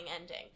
ending